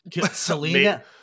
Selena